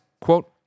quote